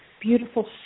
beautiful